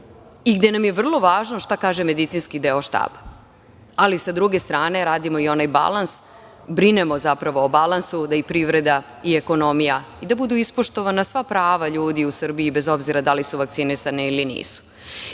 i gde nam je vrlo važno šta kaže medicinski deo štaba. Ali, sa druge strane, radimo i onaj balans, zapravo brinemo o balansu da i privreda i ekonomija i da budu ispoštovana sva prava ljudi u Srbiji, bez obzira da li su vakcinisani ili nisu. Samo